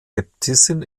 äbtissin